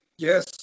Yes